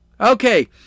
Okay